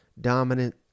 dominant